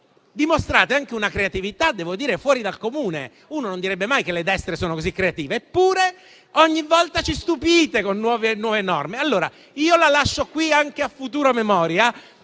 dimostrate anche una creatività - devo dire - fuori dal comune: uno non direbbe mai che le destre sono così creative, eppure ogni volta ci stupite con nuove norme. Io lascio qui anche a futura memoria